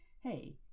hey